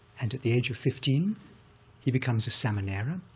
and at the age of fifteen he becomes a samanera,